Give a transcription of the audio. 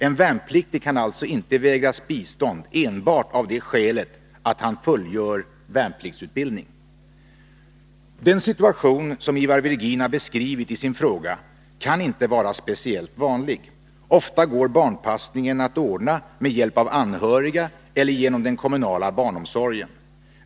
En värnpliktig kan alltså inte vägras bistånd enbart av det skälet att han fullgör värnpliktsutbildning. Den situation som Ivar Virgin har beskrivit i sin fråga kan inte vara speciellt vanlig. Ofta går barnpassningen att ordna med hjälp av anhöriga eller genom den kommunala barnomsorgen.